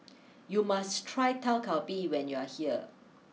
you must try Dak Galbi when you are here